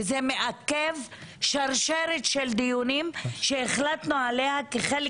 וזה מעכב שרשרת של דיונים שהחלטנו עליה כחלק